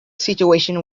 situation